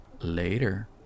later